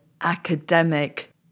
academic